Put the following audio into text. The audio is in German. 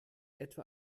etwa